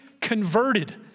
converted